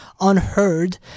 unheard